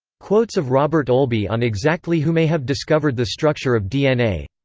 quotes of robert olby on exactly who may have discovered the structure of dna.